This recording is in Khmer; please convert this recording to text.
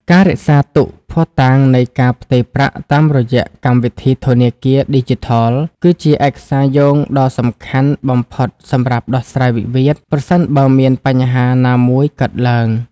ការរក្សាទុកភស្តុតាងនៃការផ្ទេរប្រាក់តាមរយៈកម្មវិធីធនាគារឌីជីថល គឺជាឯកសារយោងដ៏សំខាន់បំផុតសម្រាប់ដោះស្រាយវិវាទ ប្រសិនបើមានបញ្ហាណាមួយកើតឡើង។